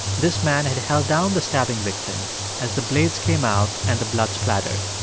this man had held down the stabbing victim as the blades came out and the blood splattered.